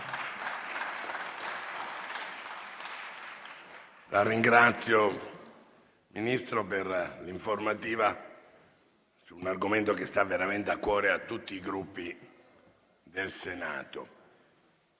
la ringrazio per la sua informativa su un argomento che sta veramente a cuore a tutti i Gruppi del Senato.